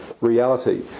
reality